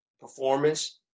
performance